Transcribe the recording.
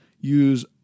use